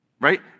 right